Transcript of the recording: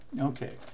okay